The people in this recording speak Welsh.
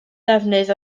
defnydd